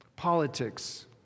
politics